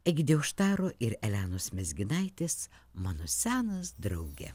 egidijaus štaro ir elenos mezginaitės mano senas drauge